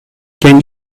can